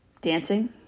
Dancing